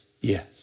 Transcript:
Yes